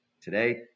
today